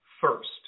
first